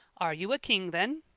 are you a king then?